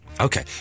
Okay